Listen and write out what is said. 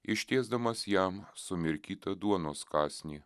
ištiesdamas jam sumirkytą duonos kąsnį